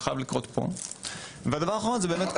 זה חייב לקרות פה; ודבר אחרון זה כל